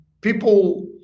People